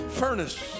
furnace